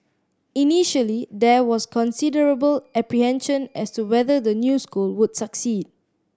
initially there was considerable apprehension as to whether the new school would succeed